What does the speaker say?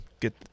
get